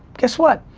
guess what?